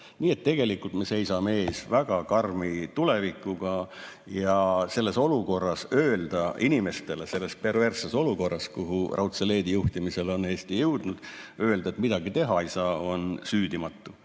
Nii et tegelikult me seisame silmitsi väga karmi tulevikuga ja selles olukorras, selles perversses olukorras, kuhu raudse leedi juhtimisel on Eesti jõudnud, öelda inimestele, et midagi teha ei saa, on süüdimatu.